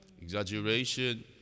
Exaggeration